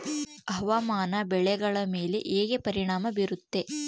ಹವಾಮಾನ ಬೆಳೆಗಳ ಮೇಲೆ ಹೇಗೆ ಪರಿಣಾಮ ಬೇರುತ್ತೆ?